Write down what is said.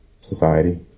society